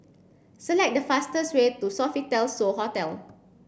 select the fastest way to Sofitel So Hotel